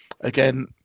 Again